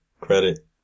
credit